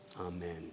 Amen